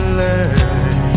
learn